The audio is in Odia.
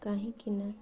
କାହିଁକି ନା